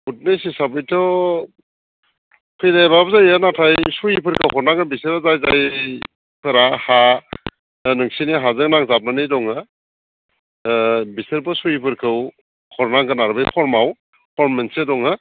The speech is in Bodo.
उइटनेस हिसाबैथ' फैलायाब्लाबो जायो नाथाय सहिफोरखौ हरनांगोन बिसोरो जाय जाय फोरा हा दा नोंसिनि हाजों नांजाबनानै दङ बिसोरबो सहिफोरखौ हरनांगोन आरो बे फर्माव फर्म मोनसे दङो